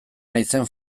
naizen